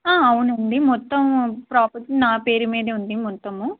అవునండి మొత్తము ప్రాపర్టీ నా పేరు మీదే ఉంది మొత్తము